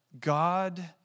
God